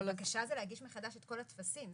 אבל בקשה זה להגיש מחדש את כל הטפסים.